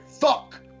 Fuck